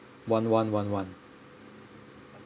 one one one one